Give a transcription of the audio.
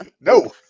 No